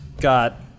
got